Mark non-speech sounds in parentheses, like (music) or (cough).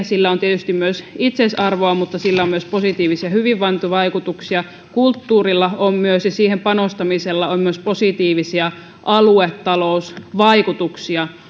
(unintelligible) sillä on tietysti myös itseisarvoa mutta sillä on myös positiivisia hyvinvointivaikutuksia kulttuurilla ja siihen panostamisella on myös positiivisia aluetalousvaikutuksia